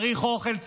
צריך אוכל,